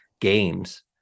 games